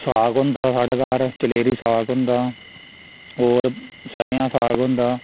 साग होंदा साढ़ै घर चलेरी साग होंदा होर सरेआं दा साग होंदा